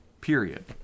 Period